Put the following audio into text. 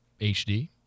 HD